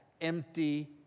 Empty